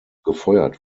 gefeuert